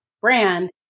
brand